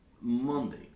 Monday